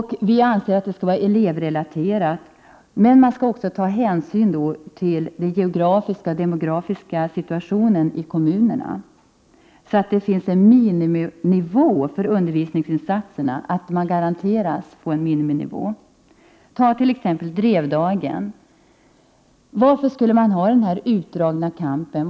Vi anser att det skall vara elevrelaterade bidrag. Men hänsyn skall också tas till den geografiska och demografiska situationen i kommunen i fråga. En miniminivå beträffande undervisningsinsatserna måste kunna garanteras. Ta t.ex. skolan i Drevdagen. Varför behövdes det en så utdragen kamp där?